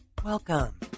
Welcome